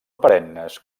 perennes